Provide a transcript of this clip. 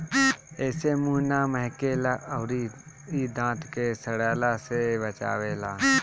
एसे मुंह ना महके ला अउरी इ दांत के सड़ला से बचावेला